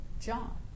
John